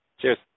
Cheers